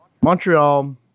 Montreal